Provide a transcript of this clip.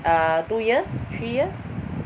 err two years three years